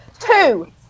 Two